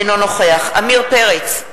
אינו נוכח עמיר פרץ,